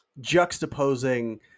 juxtaposing